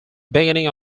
beginning